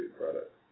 product